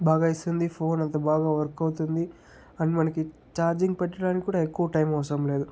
బాగా ఇస్తుంది ఫోన్ అంత బాగా వర్క్ అవుతుంది అండ్ మనకి ఛార్జింగ్ పెట్టడానికి కూడా ఎక్కువ టైం అవసరం లేదు